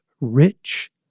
rich